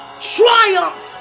triumph